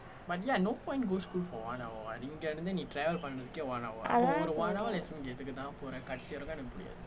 அதான்:athaan